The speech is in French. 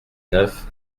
neuf